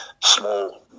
small